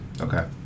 Okay